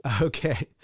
Okay